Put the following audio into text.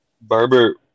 Barber